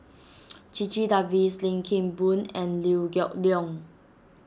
Checha Davies Lim Kim Boon and Liew Geok Leong